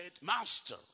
Master